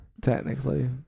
Technically